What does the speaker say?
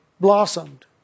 blossomed